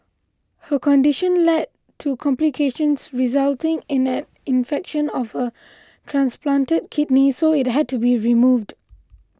her condition led to complications resulting in an infection of her transplanted kidney so it had to be removed